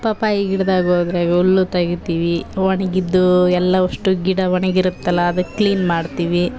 papaya ಗಿಡ್ದಾಗೆ ಹೋದ್ರೆ ಹುಲ್ಲು ತೆಗಿತೀವಿ ಒಣಗಿದ್ದು ಎಲ್ಲ ಅಷ್ಟು ಗಿಡ ಒಣಗಿರುತ್ತಲ್ಲ ಅದು ಕ್ಲೀನ್ ಮಾಡ್ತೀವಿ